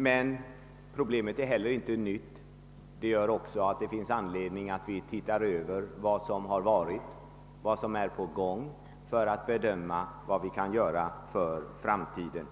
Men problemet är inte heller nytt. Det gör också att det finns anledning för oss att se över vad som har varit och vad som är på gång för att bedöma vad vi kan göra för framtiden.